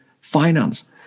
finance